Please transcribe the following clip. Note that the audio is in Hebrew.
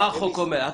מה החוק אומר?